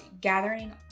gathering